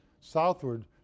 southward